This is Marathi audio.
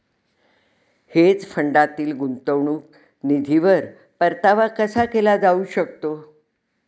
हेज फंडातील गुंतवणूक निधीवर परतावा कसा केला जाऊ शकतो?